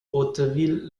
hauteville